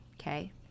okay